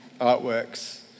artworks